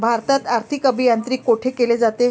भारतात आर्थिक अभियांत्रिकी कोठे केले जाते?